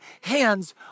hands